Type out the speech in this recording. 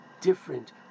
different